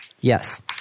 Yes